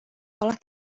olah